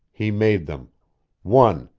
he made them one.